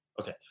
okay